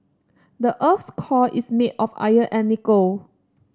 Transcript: the earth's core is made of iron and nickel